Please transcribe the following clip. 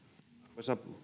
arvoisa